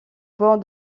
bord